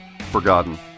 forgotten